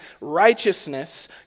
righteousness